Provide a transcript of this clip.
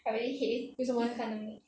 为什么 leh